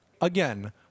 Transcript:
Again